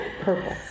Purple